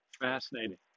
fascinating